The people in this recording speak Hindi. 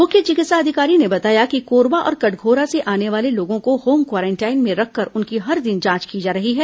मुख्य चिकित्सा अधिकारी ने बताया कि कोरबा और कटघोरा से आने वाले लोगों को होम क्वारेंटाईन में रखकर उनकी हर दिन जांच की जा रही है